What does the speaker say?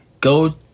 go